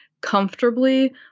comfortably